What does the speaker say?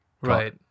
Right